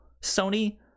Sony